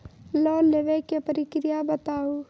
Loan लेवे के प्रक्रिया बताहू?